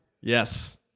Yes